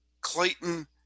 Clayton